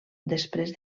després